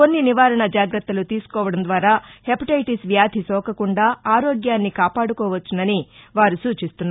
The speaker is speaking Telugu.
కొన్ని నివారణ జాగ్రత్తలు తీసుకోవడం ద్వారా హెప్టెటిస్ వ్యాధి సోకకుండా ఆరోగ్యాన్ని కాపాడుకోవచ్చునని వారు సూచిస్తున్నారు